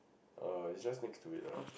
uh it's just next to it ah